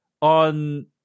on